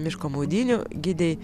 miško maudynių gidei